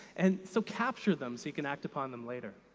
and so capture them so you can act upon them later.